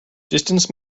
distance